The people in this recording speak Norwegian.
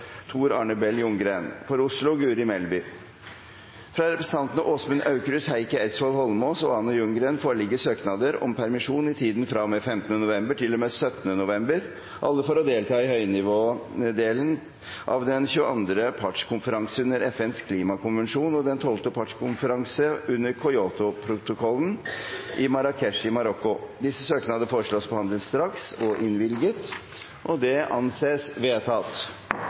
Tor Arne Bell Ljunggren For Oslo: Guri Melby Fra representantene Åsmund Aukrust , Heikki Eidsvoll Holmås og Anna Ljunggren foreligger søknader om permisjon i tiden fra og med 15. november til og med 17. november – alle for å delta i høynivådelen av den 22. partskonferanse under FNs klimakonvensjon og det 12. partsmøte under Kyotoprotokollen i Marrakech i Marokko. Etter forslag fra presidenten ble enstemmig besluttet: Søknadene behandles straks og